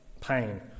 pain